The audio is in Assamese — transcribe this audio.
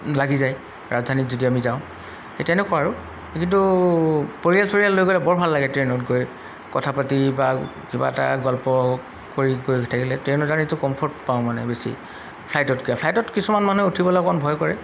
লাগি যায় ৰাজধানীত যদি আমি যাওঁ সেই তেনেকুৱা আৰু কিন্তু পৰিয়াল চৰিয়াল লৈ গ'লে বৰ ভাল লাগে ট্ৰেইনত গৈ কথা পাতি বা কিবা এটা গল্প কৰি কৰি থাকিলে ট্ৰেইনৰ জাৰ্ণীটো কম্ফৰ্ট পাওঁ মানে বেছি ফ্লাইটতকৈ ফ্লাইটত কিছুমান মানুহ উঠিবলৈ অকণ ভয় কৰে